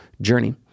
journey